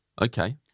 Okay